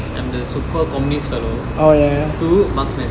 I'm the super communist fellow two marksman